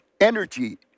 energy